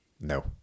No